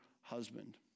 husband